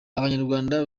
abanyarwanda